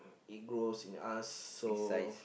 it grows in us so